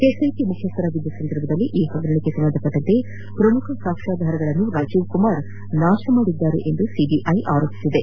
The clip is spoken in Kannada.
ಎಸ್ಐಟ ಮುಖ್ಯಸ್ಥರಾಗಿದ್ದ ಸಂದರ್ಭದಲ್ಲಿ ಈ ಹಗರಣಕ್ಕೆ ಸಂಬಂಧಿಸಿದಂತೆ ಪ್ರಮುಖ ಸಾಕ್ಷಾಧಾರಗಳನ್ನು ರಾಜೀವ್ ಕುಮಾರ್ ನಾಶಪಡಿಸಿದ್ದರೆಂದು ಸಿಬಿಐ ಆರೋಪಿಸಿದೆ